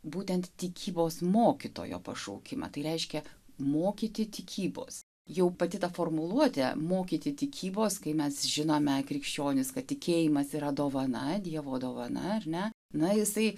būtent tikybos mokytojo pašaukimą tai reiškia mokyti tikybos jau pati ta formuluotė mokyti tikybos kai mes žinome krikščionis kad tikėjimas yra dovana dievo dovana ar ne na jisai